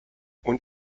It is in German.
und